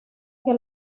que